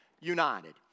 united